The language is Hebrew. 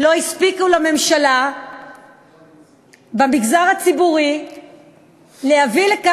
לא הספיקו לממשלה להביא לכך שבמגזר הציבורי יהיה